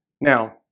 now